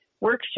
workshop